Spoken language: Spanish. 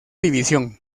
división